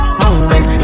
moment